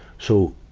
so,